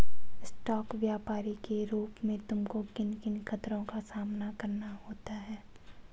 Stock व्यापरी के रूप में तुमको किन किन खतरों का सामना करना होता है?